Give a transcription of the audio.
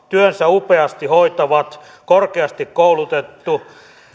työnsä upeasti hoitava korkeasti koulutettu